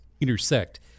intersect